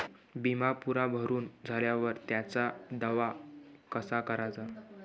बिमा पुरा भरून झाल्यावर त्याचा दावा कसा कराचा?